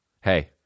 Hey